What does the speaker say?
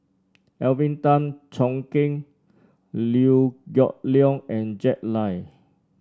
Alvin Tan Cheong Kheng Liew Geok Leong and Jack Lai